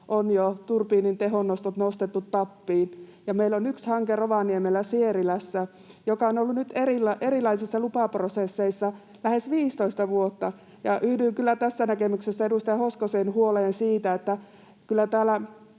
on jo turbiinin tehonnostot nostettu tappiin. Meillä on yksi hanke Rovaniemellä Sierilässä, joka on ollut nyt erilaisissa lupaprosesseissa lähes 15 vuotta. Yhdyn kyllä tässä näkemyksessä edustaja Hoskosen huoleen siitä, että